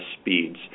speeds